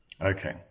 Okay